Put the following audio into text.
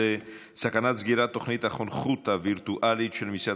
בנושא: סכנת סגירת תוכנית החונכות הווירטואלית של משרד